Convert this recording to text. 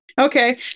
Okay